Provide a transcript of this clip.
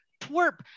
twerp